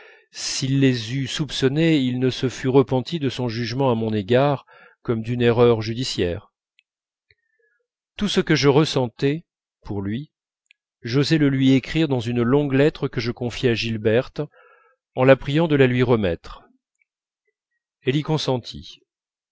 s'il les eût soupçonnés il ne se fût repenti de son jugement à mon égard comme d'une erreur judiciaire tout ce que je ressentais pour lui j'osais le lui écrire dans une longue lettre que je confiai à gilberte en la priant de la lui remettre elle y consentit